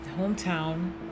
hometown